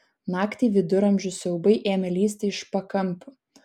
naktį viduramžių siaubai ėmė lįsti iš pakampių